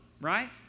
right